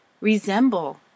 resemble